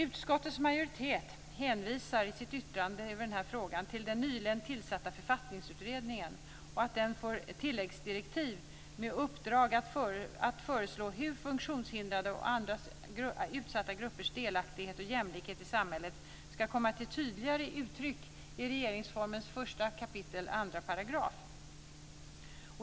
Utskottets majoritet hänvisar i sitt yttrande över den här frågan till att den nyligen tillsatta Författningsutredningen får tilläggsdirektiv med uppdrag att föreslå hur funktionshindrades och andra utsatta gruppers delaktighet och jämlikhet i samhället ska komma till tydligare uttryck i regeringsformens 1 kap. 2 §.